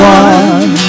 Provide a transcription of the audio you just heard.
one